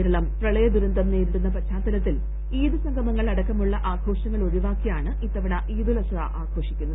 കേരളം പ്രളയദുരന്തം നേരിടുന്ന പശ്ചാത്തലത്തിൽ ഈദ് സംഗമങ്ങൾ അടക്കമുള്ള ആഘോഷങ്ങൾ ഒഴിവാക്കി ആണ് ഇത്തവണ ഈദുൽ അസ്ഹ ആഘോഷിക്കുന്നത്